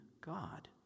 God